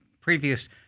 previous